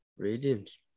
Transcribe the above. Radiance